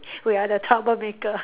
we are the troublemaker